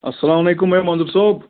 السلام علیکُم اَے مَنظوٗر صٲب